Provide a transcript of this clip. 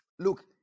Look